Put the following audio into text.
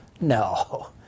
No